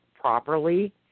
properly